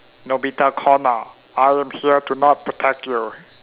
Nobita-Connor I am here to not protect you